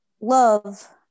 love